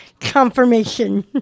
Confirmation